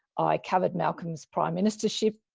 i covered malcolm's prime ministership,